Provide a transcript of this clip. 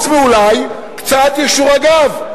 אולי חוץ מקצת יישור הגב.